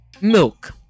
milk